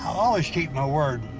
always keep my word.